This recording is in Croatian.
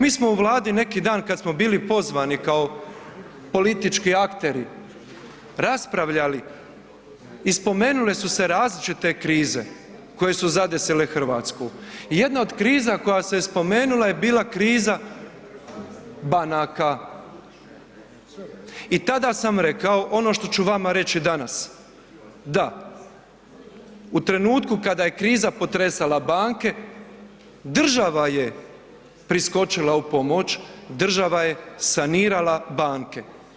Mi smo u Vladi neki dan kada smo bili pozvani kao politički akteri raspravljali i spomenule su se različite krize koje su zadesile Hrvatsku, jedna od kriza koja se spomenula je bila kriza banaka i tada sam rekao ono što ću vama reći danas, da, u trenutku kada je kriza potresala banke država je priskočila u pomoć, država je sanirala banke.